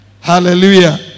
Hallelujah